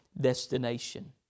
destination